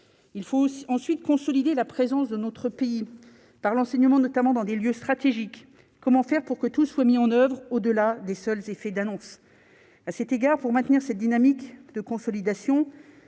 il faut ensuite consolider la présence de notre pays par l'enseignement notamment dans des lieux stratégiques : comment faire pour que tout soit mis en oeuvre, au-delà des seuls effets d'annonce, à cet égard pour maintenir cette dynamique de consolidation